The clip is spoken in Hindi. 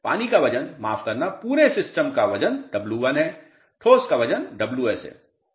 पानी का वजन माफ़ करना पूरे सिस्टम का वजन W1 है ठोस का वजन Ws है